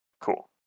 Cool